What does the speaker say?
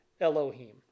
Elohim